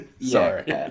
Sorry